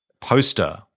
poster